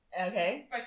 okay